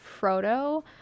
Frodo